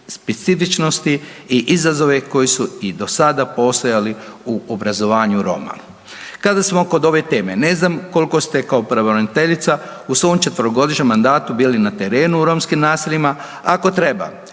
specifičnosti i izazove koji su i do sada postojali u obrazovanju Roma. Kada smo kod ove teme ne znam koliko ste kao pravobraniteljica u svom četverogodišnjem mandatu bili na terenu u romskim naseljima, ako treba